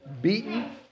beaten